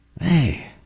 Hey